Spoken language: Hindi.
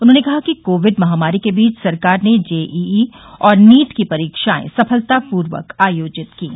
उन्होंने कहा कि कोविड महामारी के बीच सरकार ने जेईई और एनईईटी की परीक्षाएं सफलतापूर्वक आयोजित कीं